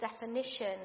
definition